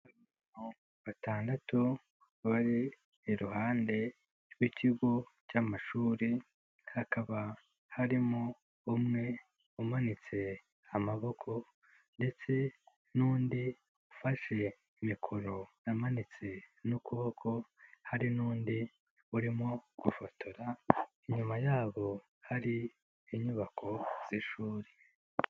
Abantu batandatu bari iruhande rw'ikigo cy'amashuri, hakaba harimo umwe umanitse amaboko ndetse n'undi ufashe mikoro amanitse ukuboko, hari n'undi urimo gufotora, inyuma yabo hari inyubako z'ishuri.